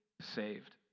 saved